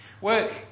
Work